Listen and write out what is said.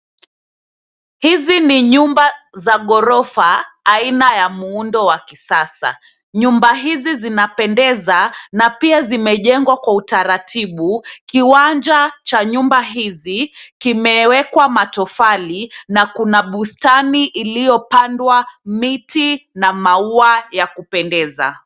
Hizi ni nyumba za ghorofa aina ya muundo wa kisasa. Nyumba hizi zinapendeza na pia zimejengwa kwa utaratibu. Kiwanja cha nyumba hizi, kimewekwa matofali na kuna bustani iliyopandwa miti na maua yakupendeza.